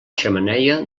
xemeneia